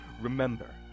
remember